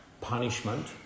punishment